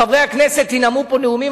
חברי הכנסת ינאמו פה נאומים,